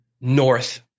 north